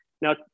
now